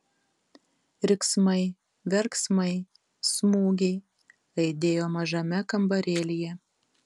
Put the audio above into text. riksmai verksmai smūgiai aidėjo mažame kambarėlyje